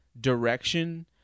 direction